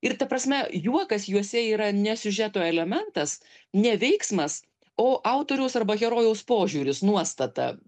ir ta prasme juokas juose yra ne siužeto elementas ne veiksmas o autoriaus arba herojaus požiūris nuostata